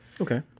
Okay